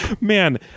Man